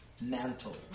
mantle